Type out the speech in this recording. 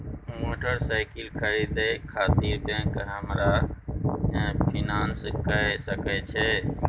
Motorcycle खरीदे खातिर bank हमरा फिनांस कय सके छै?